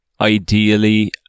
ideally